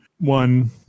one